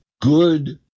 good